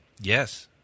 Yes